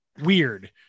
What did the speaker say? Weird